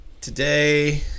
today